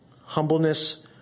humbleness